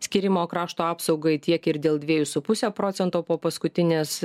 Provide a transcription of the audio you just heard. skyrimo krašto apsaugai tiek ir dėl dviejų su puse procento po paskutinės